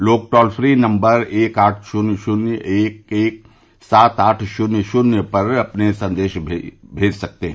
लोग toll free number एक आठ शून्य शून्य एक एक सात आठ शून्य शून्य पर अपने संदेश भेज भी सकते हैं